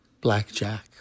blackjack